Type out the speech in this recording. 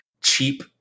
cheap